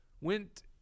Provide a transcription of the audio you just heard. went